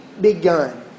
begun